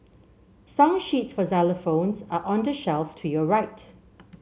song sheets for xylophones are on the shelf to your right